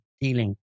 dealing